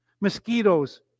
Mosquitoes